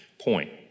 point